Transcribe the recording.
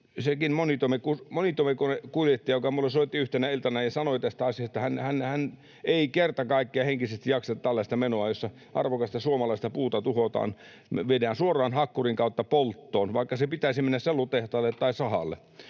Eräskin monitoimikoneenkuljettaja, joka minulle soitti yhtenä iltana, sanoi tästä asiasta, että hän ei kerta kaikkiaan henkisesti jaksa tällaista menoa, jossa arvokasta suomalaista puuta tuhotaan ja viedään suoraan hakkurin kautta polttoon, vaikka sen pitäisi mennä sellutehtaalle tai sahalle.